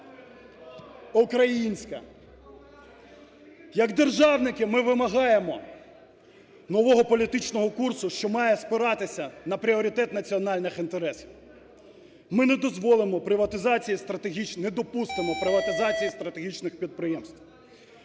Українаська! Як державники, ми вимагаємо нового політичного курсу, що має спиратися на пріоритет національних інтересів. Ми не дозволимо приватизації стратегічних, не допустимо